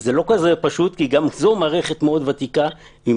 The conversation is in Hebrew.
זה גם לא פשוט כי גם זאת מערכת מאוד ותיקה וישנה.